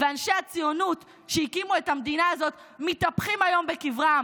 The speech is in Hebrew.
ואנשי הציונות שהקימו את המדינה הזאת מתהפכים היום בקברם.